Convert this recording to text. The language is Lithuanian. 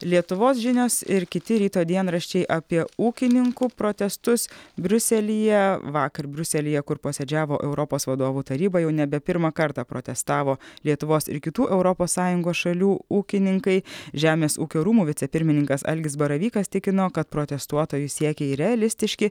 lietuvos žinios ir kiti ryto dienraščiai apie ūkininkų protestus briuselyje vakar briuselyje kur posėdžiavo europos vadovų taryba jau nebe pirmą kartą protestavo lietuvos ir kitų europos sąjungos šalių ūkininkai žemės ūkio rūmų vicepirmininkas algis baravykas tikino kad protestuotojų siekiai realistiški